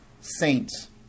saints